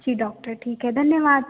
जी doctor ठीक है धन्यवाद